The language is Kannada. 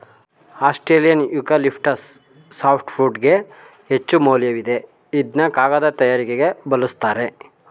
ಆಸ್ಟ್ರೇಲಿಯನ್ ಯೂಕಲಿಪ್ಟಸ್ ಸಾಫ್ಟ್ವುಡ್ಗೆ ಹೆಚ್ಚುಮೌಲ್ಯವಿದೆ ಇದ್ನ ಕಾಗದ ತಯಾರಿಕೆಗೆ ಬಲುಸ್ತರೆ